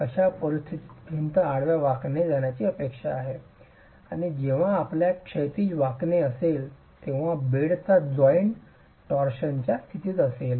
अशा परिस्थितीत भिंत आडव्या वाकणे जाण्याची अपेक्षा आहे आणि जेव्हा आपल्यास क्षैतिज वाकणे असेल तेव्हा बेडचा जॉइंट टॉरशनच्या स्थितीत असेल